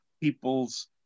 people's